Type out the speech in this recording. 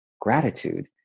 gratitude